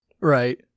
Right